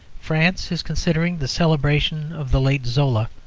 france is considering the celebration of the late zola,